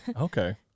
Okay